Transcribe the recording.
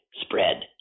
spread